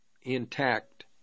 intact